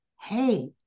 Hey